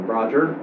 Roger